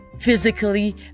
physically